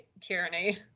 tyranny